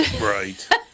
Right